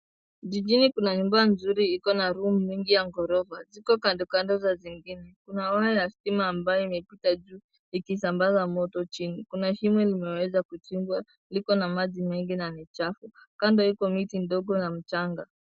Jijini kuna nyumba nzuri iko na room mingi ya ghorofa. Ziko kando kando za zingine. Kuna waya ya stima ambayo imepita juu, ikisambaza moto chini. Kuna shimo limeweza kuchimbwa, liko na maji mengi na ni chafu. Kando iko miti ndogo na michanga.